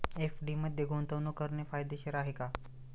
FD मध्ये गुंतवणूक करणे फायदेशीर आहे का?